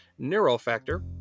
Neurofactor